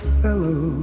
fellow